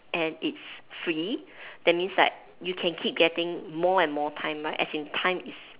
and it's free that means like you can get keep getting more and more time right as in time is